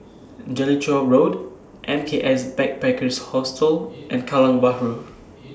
Jellicoe Road M K S Backpackers Hostel and Kallang Bahru